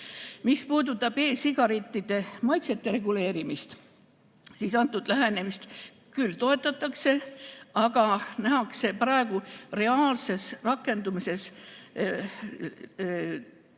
Mis puudutab e-sigarettide maitsete reguleerimist, siis antud lähenemist küll toetatakse, aga nähakse praegu reaalses rakendumises tegelikke